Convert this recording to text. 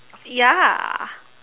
ya